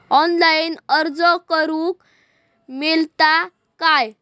Online अर्ज करूक मेलता काय?